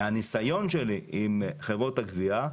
מהניסיון שלי עם חברות הגבייה,